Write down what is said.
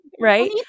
Right